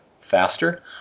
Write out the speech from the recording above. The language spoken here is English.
faster